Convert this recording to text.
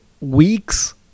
weeks